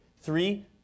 Three